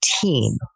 team